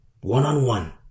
one-on-one